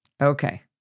okay